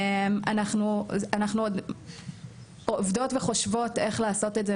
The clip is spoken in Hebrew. אנחנו עובדות וחושבות איך לעשות את זה